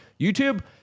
YouTube